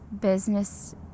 business